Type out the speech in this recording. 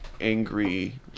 angry